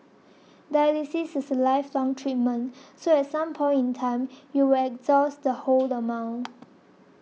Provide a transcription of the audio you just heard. dialysis is a lifelong treatment so at some point in time you will exhaust the whole amount